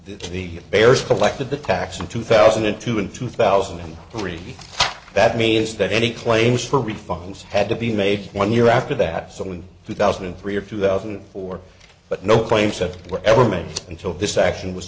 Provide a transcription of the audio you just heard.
the bears collected the tax in two thousand and two and two thousand and three that means that any claims for refunds had to be made one year after that something two thousand and three or two thousand and four but no claims that were ever made until this action was